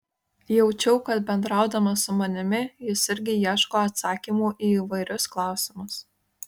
jaučiau kad bendraudamas su manimi jis irgi ieško atsakymo į įvairius klausimus